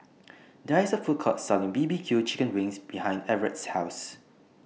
There IS A Food Court Selling B B Q Chicken Wings behind Everet's House